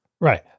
Right